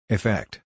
Effect